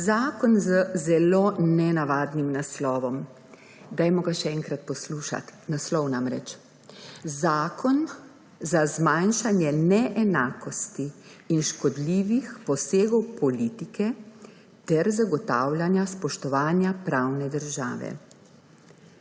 Zakon z zelo nenavadnim naslovom. Dajmo ga še enkrat poslušati, naslov namreč: Zakon za zmanjšanje neenakosti in škodljivih posegov politike ter zagotavljanje spoštovanja pravne države.